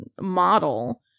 model